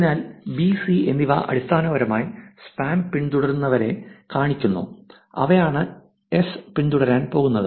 അതിനാൽ B C എന്നിവ അടിസ്ഥാനപരമായി സ്പാം പിന്തുടരുന്നവരെ കാണിക്കുന്നു അവയാണ് എസ് പിന്തുടരാൻ പോകുന്നത്